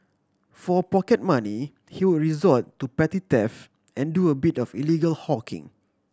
for pocket money he would resort to petty theft and do a bit of illegal hawking